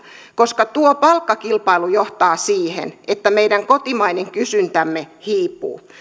koska tuo palkkakilpailu johtaa siihen että meidän kotimainen kysyntämme hiipuu